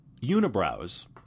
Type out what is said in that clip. Unibrows